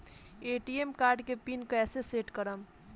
ATM card के pin कैसे set करम?